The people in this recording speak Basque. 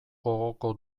gogoko